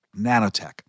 Nanotech